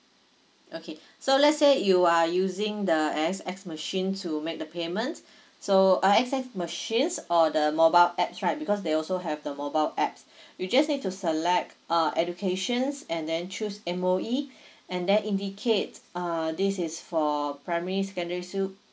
okay so let's say you are using the A_X_S machine to make the payment so A_X_S machines or the mobile apps right because they also have the mobile apps you just need to select uh educations and then choose M_O_E and then indicates err this is for primary secondary school